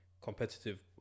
competitive